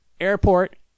airport